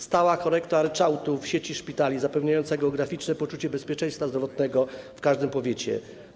Stała korekta ryczałtu w sieci szpitali zapewniających graficzne poczucie bezpieczeństwa zdrowotnego w każdym powiecie.